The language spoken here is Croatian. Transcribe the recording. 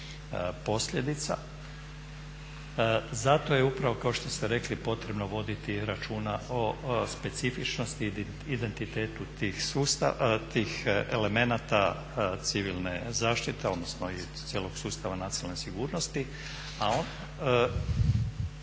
Zato je upravo kao što ste rekli potrebno voditi računa o specifičnosti i identitetu tih elemenata civilne zaštite, odnosno i cijelog sustava nacionalne sigurnosti.